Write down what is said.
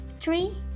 three